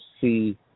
see